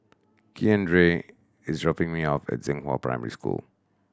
Keandre is dropping me off at Zhenghua Primary School